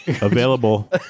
available